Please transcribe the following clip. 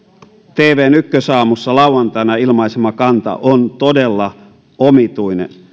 tvn ykkösaamussa lauantaina ilmaisema kanta on todella omituinen